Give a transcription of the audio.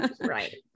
Right